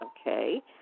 Okay